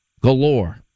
galore